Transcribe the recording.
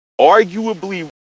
Arguably